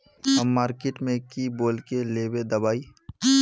हम मार्किट में की बोल के लेबे दवाई?